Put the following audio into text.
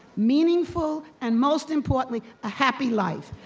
meaningful, and most importantly, a happy life.